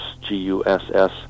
G-U-S-S